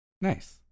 Nice